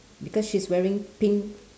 because she is wearing pink